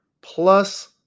plus